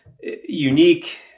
unique